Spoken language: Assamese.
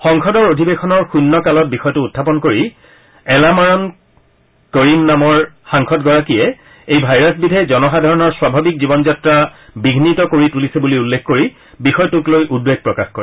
সংসদৰ অধিৱেশনৰ শূন্য কালত বিষয়টো উখাপন কৰি এলামাৰন কৰিম নামৰ সাংসদগৰাকীয়ে এই ভাইৰাছবিধে জনসাধাৰণৰ স্বাভাৱিক জীৱন যাত্ৰা বিঘ্নিত কৰি তুলিছে বুলি উল্লেখ কৰি বিষয়টোক লৈ উদ্বেগ প্ৰকাশ কৰে